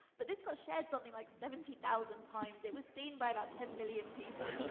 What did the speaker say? but this got shared something like seventy thousand times, it was seen by about ten million people.